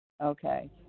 okay